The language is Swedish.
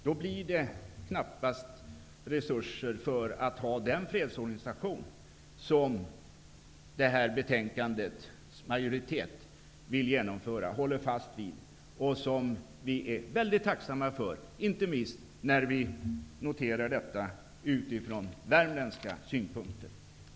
Då blir det knappast resurser för att ha den fredsorganisation som majoriteten bakom det här betänkandet vill genomföra och hålla fast vid och som vi är mycket tacksamma för, inte minst när vi noterar detta utifrån värmländska synpunkter.